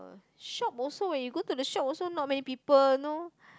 shop also eh you go to the shop also not many people know